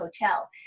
Hotel